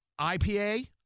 IPA